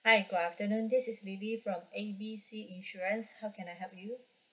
hi good afternoon this is lily from A B C insurance how can I help you